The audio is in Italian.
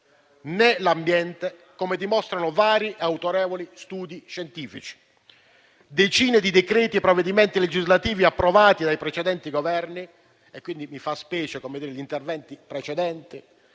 né l'ambiente, come dimostrano vari autorevoli studi scientifici. Decine di provvedimenti legislativi approvati dai precedenti Governi (quindi mi fa specie l'intervento precedente)